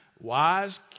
wise